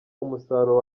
umusaruro